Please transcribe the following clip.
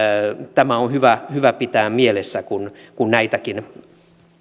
tämä on hyvä hyvä pitää mielessä kun kun näitäkin